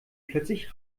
plötzlich